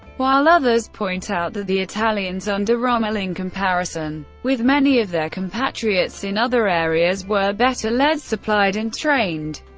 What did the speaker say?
while others point out that the italians under rommel, in comparison with many of their compatriots in other areas, were better led, supplied and trained